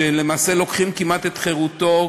שלמעשה כמעט לוקחים את חירותו,